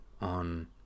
on